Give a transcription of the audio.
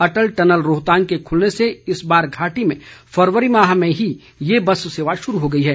अटल tunnel Rohtang के खुलने से इस बार घाटी में फरवरी माह में ही ये बस सेवा शुरू हो गई है